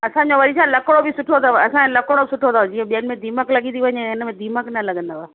असांजो वरी छा लकिड़ो बि सुठो अथव असांजो लकिड़ो सुठो अथव जीअं ॿियनि में दीमक लॻी थी वञे हिनमें दीमक न लॻंदव